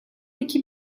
iki